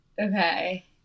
Okay